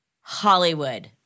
Hollywood